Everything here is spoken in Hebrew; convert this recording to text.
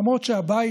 למרות שהבית,